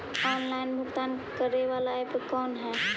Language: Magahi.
ऑनलाइन भुगतान करे बाला ऐप कौन है?